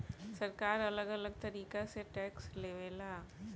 सरकार अलग अलग तरीका से टैक्स लेवे ला